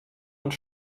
und